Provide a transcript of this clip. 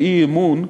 באי-אמון,